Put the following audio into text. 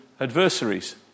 adversaries